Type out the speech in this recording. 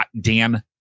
Dan